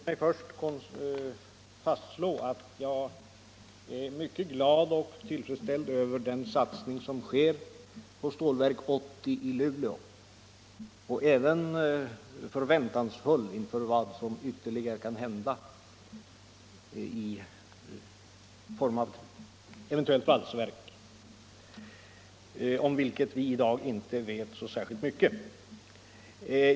Herr talman! Låt mig först slå fast att jag är mycket glad och tillfredsställd över den satsning som sker på Stålverk 80 i Luleå. Jag är även förväntansfull inför vad som ytterligare kan hända i form av ett eventuellt valsverk, en sak som vi i dag inte vet särskilt mycket om.